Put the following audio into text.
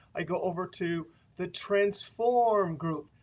i go over to the transform group,